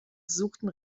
gesuchten